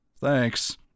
thanks